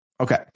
okay